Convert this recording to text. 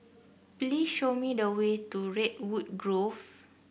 please show me the way to Redwood Grove